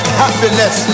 happiness